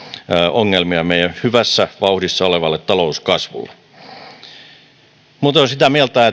ongelmia meidän hyvässä vauhdissa olevalle talouskasvulle muuten olen sitä mieltä